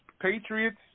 Patriots